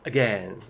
Again